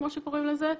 כמו שקוראים לזה,